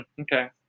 okay